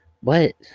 What